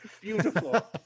beautiful